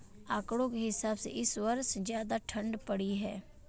आंकड़ों के हिसाब से इस वर्ष ज्यादा ठण्ड पड़ी है